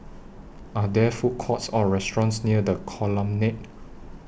Are There Food Courts Or restaurants near The Colonnade